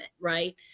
right